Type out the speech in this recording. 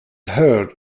heard